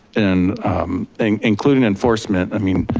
and and including enforcement, i mean,